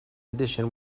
edition